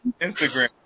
Instagram